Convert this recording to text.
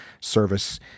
service